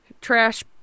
trash